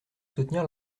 soutenir